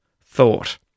thought